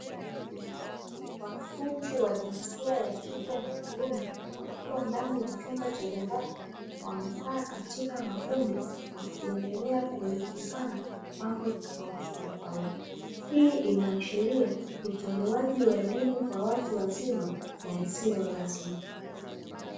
Wanafunzi wa jinsia ya kike na wa kiume wakiwa ndani ya chumba cha darasa wamekaa katika makundi wakiendelea kuelekezana mambo tofautitofauti, hii inaashiria utoalewaji wa elimu kwa watu wazima na isiyo rasmi.